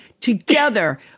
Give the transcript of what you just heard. together